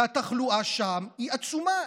והתחלואה שם היא עצומה.